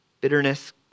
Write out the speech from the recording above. bitterness